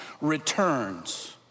returns